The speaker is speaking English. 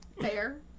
fair